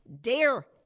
dare